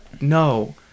no